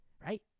right